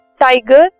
tiger